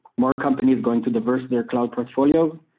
more companies going to diverse their cloud portfolios,